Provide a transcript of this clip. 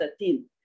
13